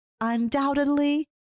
undoubtedly